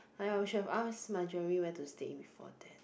!aiya! we should have ask my driver where to stay before that